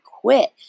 quit